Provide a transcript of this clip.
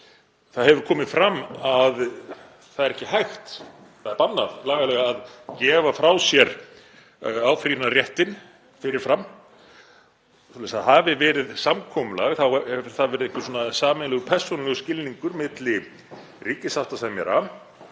Það hefur komið fram að það er ekki hægt, það er bannað lagalega að gefa frá sér áfrýjunarréttinn fyrir fram. Svoleiðis að hafi verið samkomulag hefur það verið einhver sameiginlegur persónulegur skilningur milli ríkissáttasemjara